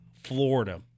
Florida